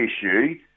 issue